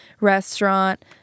restaurant